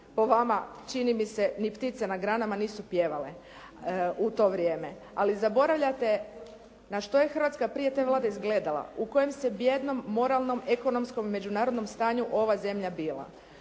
po vama čini mi se ni ptice na granama nisu pjevale u to vrijeme. Ali zaboravljate na što je Hrvatska prije te Vlade izgledala, u kojem se bijednom moralnom, ekonomskom i međunarodnom stanju ova zemlja bila.